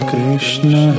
Krishna